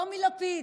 טומי לפיד.